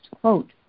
quote